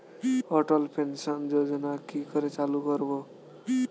অটল pension যোজনার কি করে চালু করব?